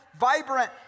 vibrant